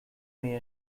may